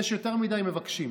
יש יותר מדי מבקשים.